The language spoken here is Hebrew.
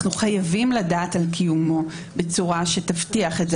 אנחנו חייבים לדעת על קיומו בצורה שתבטיח את זה